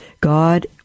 God